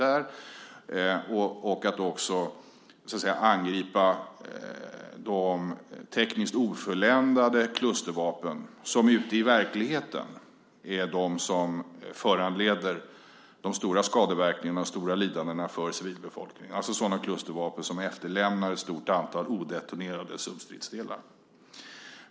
Det gäller också att angripa de tekniskt ofulländade klustervapnen, de som ute i verkligheten föranleder de stora skadeverkningarna och det stora lidandet för civilbefolkningen, alltså sådana klustervapen som efterlämnar ett stort antal odetonerade substridsdelar.